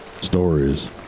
Stories